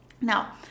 Now